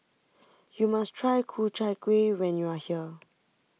you must try Ku Chai Kueh when you are here